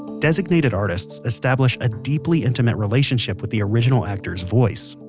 designated artists establish a deeply intimate relationship with the original actor's voice.